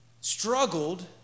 struggled